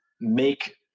make